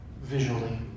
visually